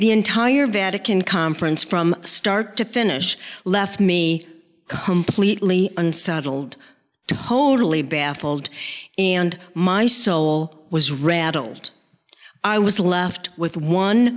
the entire vatican conference from start to finish left me completely unsettled to wholly baffled and my soul was rattled i was left with one